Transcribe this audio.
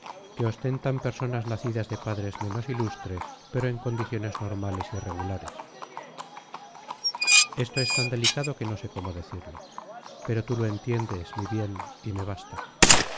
que ostentan personas nacidas de padres menos ilustres pero en condiciones normales y regulares esto es tan delicado que no sé cómo decirlo pero tú lo entiendes mi bien y me basta